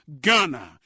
Ghana